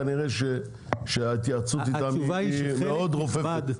כנראה ההתייעצות איתם מאוד רופפת,